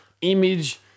image